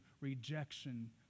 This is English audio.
rejection